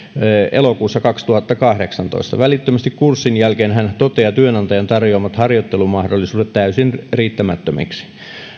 elokuussa kaksituhattakahdeksantoista välittömästi kurssin jälkeen hän toteaa työnantajan tarjoamat harjoittelumahdollisuudet täysin riittämättömiksi